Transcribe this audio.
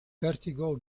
vertigo